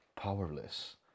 powerless